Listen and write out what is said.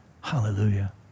Hallelujah